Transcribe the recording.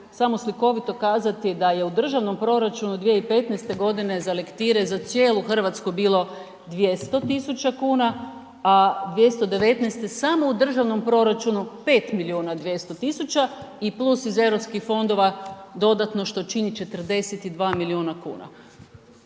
samo slikovito kazati da je u državnom proračunu 2015. g. za lektire za cijelu Hrvatsku bilo 200 tisuća kuna, a 2019. samo u državnom proračunu 5 milijuna 200 tisuća i plus iz EU fondova što čini 42 milijuna kuna.